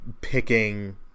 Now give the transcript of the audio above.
picking